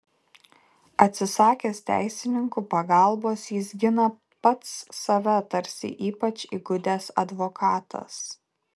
atsisakęs teisininkų pagalbos jis gina pats save tarsi ypač įgudęs advokatas